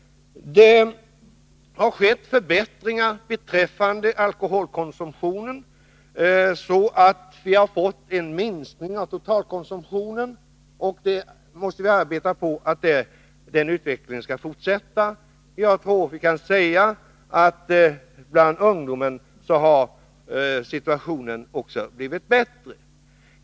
Det har skett förbättringar beträffande alkoholkonsumtionen. Vi har fått en minskning av totalkonsumtionen. Nu måste vi arbeta på att den utvecklingen skall fortsätta. Vi kan säga att situationen bland ungdomen också blivit bättre.